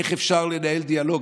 איך אפשר לנהל דיאלוג?